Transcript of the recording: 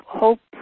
hope